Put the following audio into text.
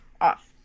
off